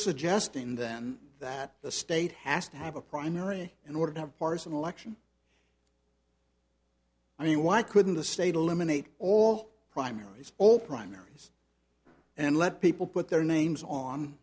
suggesting then that the state has to have a primary in order to have partisan election i mean why couldn't the state eliminate all primaries all primaries and let people put their names on